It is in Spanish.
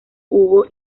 hubo